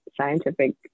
scientific